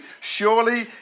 Surely